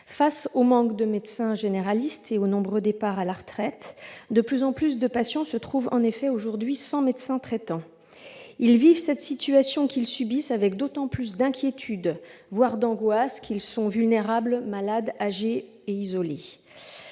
fait du manque de médecins généralistes et des nombreux départs à la retraite, de plus en plus de patients se retrouvent aujourd'hui sans médecin traitant. Ils vivent cette situation subie avec d'autant plus d'inquiétude, voire d'angoisse, qu'ils sont vulnérables, malades, âgés ou isolés.